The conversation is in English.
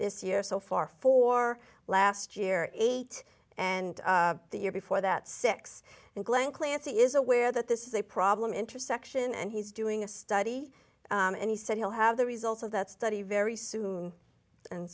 this year so far for last year is eight and the year before that six and glenn clancy is aware that this is a problem intersection and he's doing a study and he said he'll have the results of that study very soon and